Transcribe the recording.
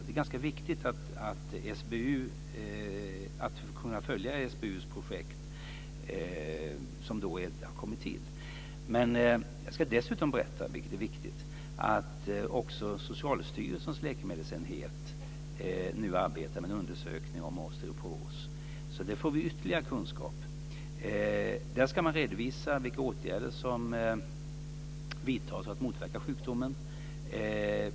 Det är ganska viktigt att kunna följa SBU:s projekt som då har kommit till. Jag ska dessutom berätta, vilket är viktigt, att Socialstyrelsens läkemedelsenhet nu arbetar med en undersökning om osteoporos som kommer att ge oss ytterligare kunskap. Där ska man redovisa vilka åtgärder som vidtas för att motverka sjukdomen.